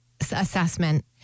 assessment